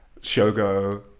shogo